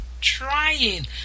trying